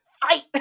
fight